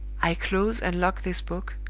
i close and lock this book,